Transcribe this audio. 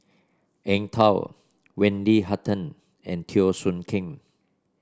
Eng Tow Wendy Hutton and Teo Soon Kim